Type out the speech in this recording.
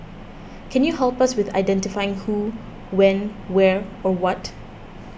can you help us with identifying who when where or what